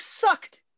sucked